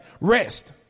rest